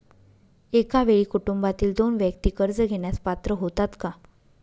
एका वेळी कुटुंबातील दोन व्यक्ती कर्ज घेण्यास पात्र होतात का?